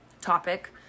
topic